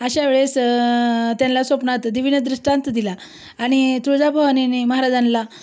अशा वेळेस त्यांला स्वप्नात देवीनं दृष्टांत दिला आणि तुळजाभवानीने महाराजांला